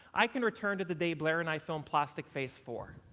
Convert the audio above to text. i can return to the day blair and i filmed plastic face four.